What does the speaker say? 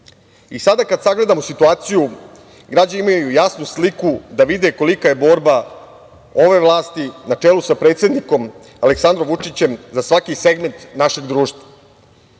kada sagledamo situaciju, građani imaju jasnu sliku, da vide kolika je borba ove vlasti, na čelu sa predsednikom Aleksandrom Vučićem, za svaki segment našeg društva